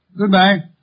Goodbye